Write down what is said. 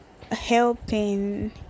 helping